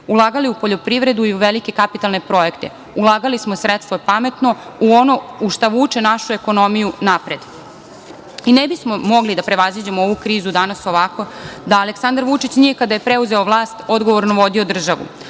ulagali u poljoprivredu i u velike kapitalne projekte. Ulagali smo sredstva pametno, u ono u šta vuče našu ekonomiju napred. Ne bismo mogli da prevaziđemo ovu krizu danas ovako da Aleksandar Vučić nije, kada je preuzeo vlast, odgovorno vodio državu,